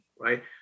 right